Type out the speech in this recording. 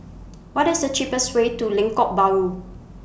What IS The cheapest Way to Lengkok Bahru